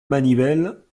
manivelle